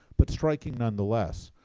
but striking nonetheless,